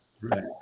Right